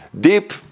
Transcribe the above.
deep